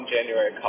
January